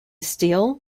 steel